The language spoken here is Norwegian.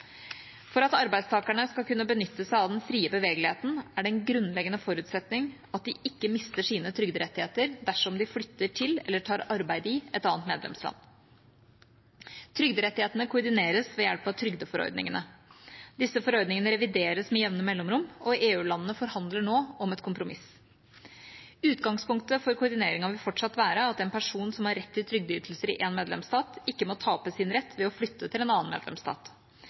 For at arbeidstakerne skal kunne benytte seg av den frie bevegeligheten, er det en grunnleggende forutsetning at de ikke mister sine trygderettigheter dersom de flytter til eller tar arbeid i et annet medlemsland. Trygderettighetene koordineres ved hjelp av trygdeforordningene. Disse forordningene revideres med jevne mellomrom, og EU-landene forhandler nå om et kompromiss. Utgangspunktet for koordineringen vil fortsatt være at en person som har rett til trygdeytelser i en medlemsstat, ikke må tape sin rett ved å flytte til en annen medlemsstat.